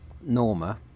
Norma